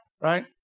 right